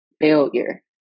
failure